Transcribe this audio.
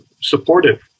supportive